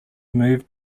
moved